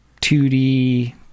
2D